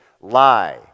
Lie